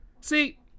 see